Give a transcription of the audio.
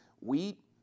Wheat